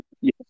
Yes